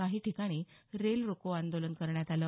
काही ठिकाणी रेल रोको आंदोलनही करण्यात आलं